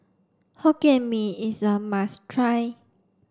Hokkien Mee is a must try